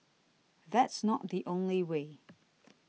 that's not the only way